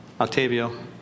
Octavio